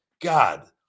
God